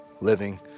living